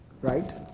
right